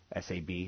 Sab